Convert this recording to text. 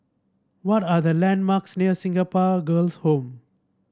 what are the landmarks near Singapore Girls' Home